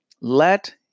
Let